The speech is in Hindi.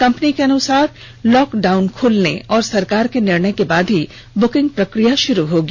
कंपनी ने अनुसार लॉकडाउन खुलने और सरकार के निर्णय के बाद ही बुकिंग प्रकिया षुरू होगी